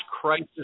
crisis